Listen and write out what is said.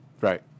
Right